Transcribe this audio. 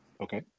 Okay